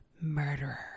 murderer